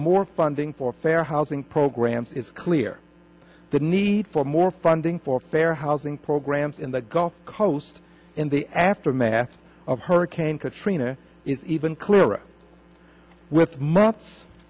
more funding for fair housing programs is clear the need for more funding for fair housing programs in the gulf coast in the aftermath of hurricane katrina is even clearer with months